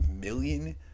million